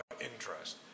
interest